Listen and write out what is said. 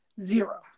zero